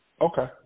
okay